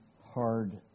hard